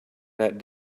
that